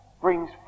brings